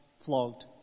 flogged